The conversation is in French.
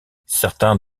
certains